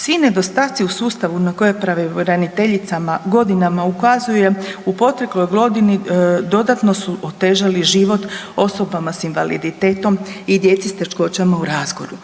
Svi nedostaci u sustavu na koje je pravobraniteljica godinama ukazuje u protekloj godini dodatno su otežali život osobama s invaliditetom i djeci s teškoćama u razvoju